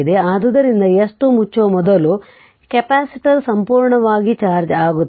ಆದ್ದರಿಂದ S2 ಮುಚ್ಚುವ ಮೊದಲು ಕೆಪಾಸಿಟರ್ ಸಂಪೂರ್ಣವಾಗಿ ಚಾರ್ಜ್ ಆಗುತ್ತದೆ